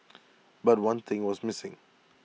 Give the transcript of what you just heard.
but one thing was missing